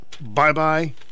bye-bye